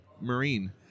Marine